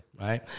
right